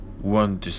one